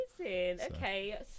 okay